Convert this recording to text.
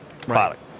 product